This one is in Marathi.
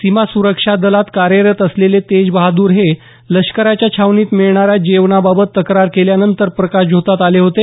सीमा सुरक्षा दलात कार्यरत असलेले तेजबहादर हे लष्कराच्या छावणीत मिळणाऱ्या जेवणाबाबत तक्रार केल्यानंतर प्रकाशझोतात आले होते